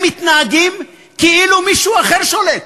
הם מתנהגים כאילו מישהו אחר שולט,